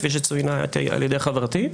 כפי שצוינה על ידי חברתי,